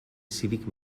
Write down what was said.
cívic